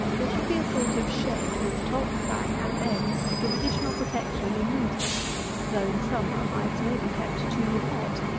there should be a sort of shed, with top, back, and ends, to give additional protection in winter though in summer hives may be kept too hot,